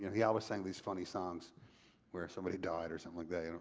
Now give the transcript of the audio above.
he always sang these funny songs where somebody died or something like that,